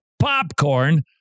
popcorn